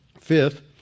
fifth